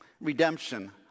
redemption